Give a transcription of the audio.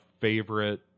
favorite